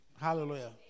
Hallelujah